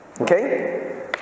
Okay